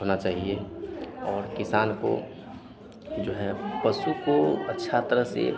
होना चाहिए और किसान को जो है पशु को अच्छी तरह से